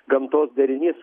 gamtos derinys